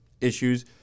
issues